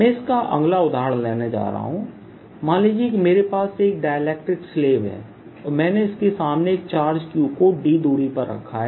मैं इसका अगला उदाहरण लेने जा रहा हूं मान लीजिए कि मेरे पास एक डाइलेक्ट्रिक स्लैब है और मैंने इसके सामने एक चार्ज q को d दूरी पर रखा है